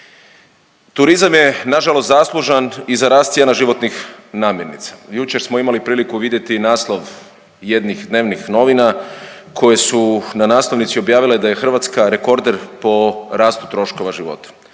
Turizam je nažalost zaslužan i za rast cijena životnih namirnica. Jučer smo imali priliku vidjeti naslov jednih dnevnih novina koje su na naslovnici objavile da je Hrvatska rekorder po rastu troškova života.